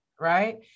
right